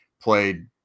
played